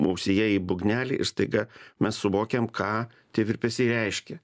ausyje į būgnelį ir staiga mes suvokiam ką tie virpesiai reiškia